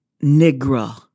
negra